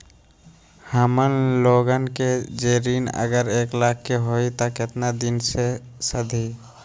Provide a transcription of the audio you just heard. हमन लोगन के जे ऋन अगर एक लाख के होई त केतना दिन मे सधी?